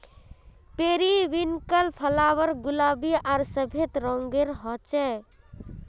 periwinkle flower गुलाबी आर सफ़ेद रंगेर होचे